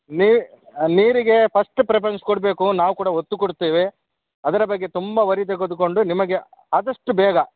ನೀ ನೀರಿಗೆ first preference ಕೊಡಬೇಕು ನಾವು ಕೂಡ ಒತ್ತು ಕೊಡ್ತೇವೆ ಅದರ ಬಗ್ಗೆ ತುಂಬ ವರಿ ತೆಗೆದುಕೊಂಡು ನಿಮಗೆ ಆದಷ್ಟು ಬೇಗ